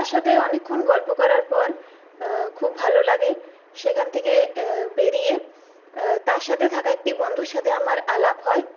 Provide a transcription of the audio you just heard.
তার সাথে অনেকক্ষণ গল্প করার পর খুব ভালো লাগে সেখান থেকে বেরিয়ে তার সাথে থাকা একটি বন্ধুর সাথে আমার আলাপ হয়